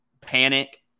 panic